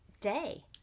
day